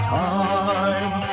time